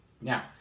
Now